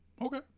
Okay